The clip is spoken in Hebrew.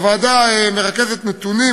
הוועדה מרכזת נתונים,